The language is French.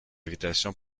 invitation